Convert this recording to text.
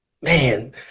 Man